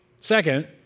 Second